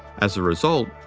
as a result,